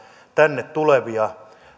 tänne tuleville